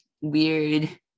weird